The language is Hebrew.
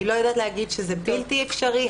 אני לא יודעת להגיד שזה בלתי אפשרי,